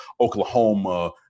Oklahoma